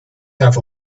have